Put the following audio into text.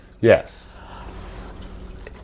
yes